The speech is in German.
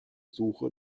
suche